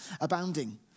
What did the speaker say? abounding